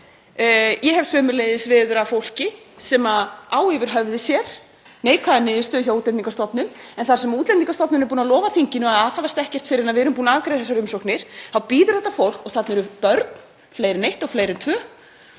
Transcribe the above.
Ég hef sömuleiðis veður af fólki sem á yfir höfði sér neikvæða niðurstöðu hjá Útlendingastofnun en þar sem Útlendingastofnun er búin að lofa þinginu að aðhafast ekkert fyrr en við erum búin að afgreiða þessar umsóknir þá bíður þetta fólk. Þarna eru börn, fleiri en eitt og fleiri en